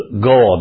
God